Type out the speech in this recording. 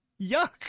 yuck